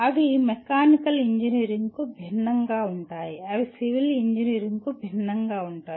అవి మెకానికల్ ఇంజనీరింగ్కు భిన్నంగా ఉంటాయి అవి సివిల్ ఇంజనీరింగ్కు భిన్నంగా ఉంటాయి